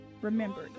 Remember